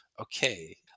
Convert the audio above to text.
okay